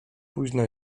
późno